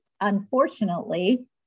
unfortunately